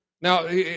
Now